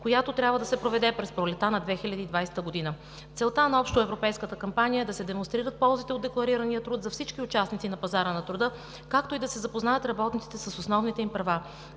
която трябва да се проведе през пролетта на 2020 г. Целта на общоевропейската кампания е да се демонстрират ползите от декларирания труд за всички участници на пазара на труда, както и да се запознаят работниците с основните им права.